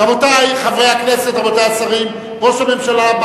רבותי חברי הכנסת, רבותי השרים, ראש הממשלה,